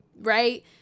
right